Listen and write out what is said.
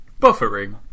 Buffering